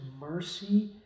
mercy